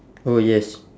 oh yes